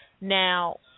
Now